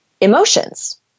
emotions